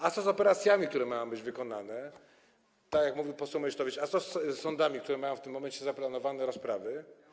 A co z operacjami, które mają być wykonane - tak jak mówił poseł Meysztowicz - co z sądami, które mają na ten moment zaplanowane rozprawy?